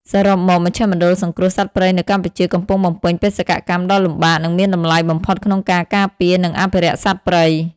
សរុបមក មជ្ឈមណ្ឌលសង្គ្រោះសត្វព្រៃនៅកម្ពុជាកំពុងបំពេញបេសកកម្មដ៏លំបាក និងមានតម្លៃបំផុតក្នុងការការពារ និងអភិរក្សសត្វព្រៃ។